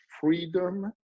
freedom